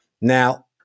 Now